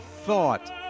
thought